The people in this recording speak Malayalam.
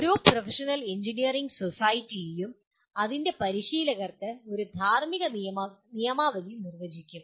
ഓരോ പ്രൊഫഷണൽ എഞ്ചിനീയറിംഗ് സൊസൈറ്റിയും അതിന്റെ പരിശീലകർക്ക് ഒരു ധാർമ്മിക നിയമാവലി നിർവചിക്കും